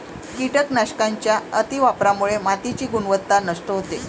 कीटकनाशकांच्या अतिवापरामुळे मातीची गुणवत्ता नष्ट होते